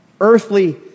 earthly